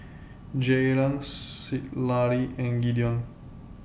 Jaylen Citlalli and Gideon